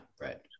right